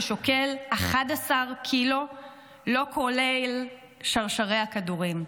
ששוקל 11 קילו לא כולל שרשרי הכדורים.